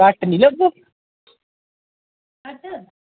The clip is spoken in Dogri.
पैसे किन्ने लग्गगे